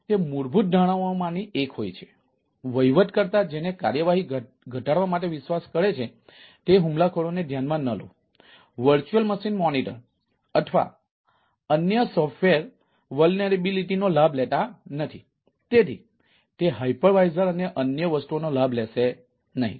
તેથી threat model અને અન્ય વસ્તુઓનો લાભ લેશે નહીં